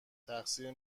تقصیر